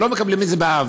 לא מקבלים את זה באהבה,